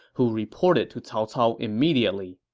who reported to cao cao immediately